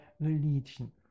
religion